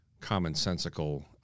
commonsensical